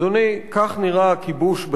אדוני, כך נראה הכיבוש בחברון.